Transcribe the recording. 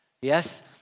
Yes